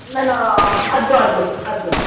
न न अधु अधु अधु